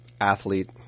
athlete